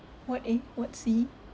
ward A ward C